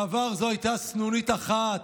בעבר זו הייתה סנונית אחת,